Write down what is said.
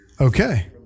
Okay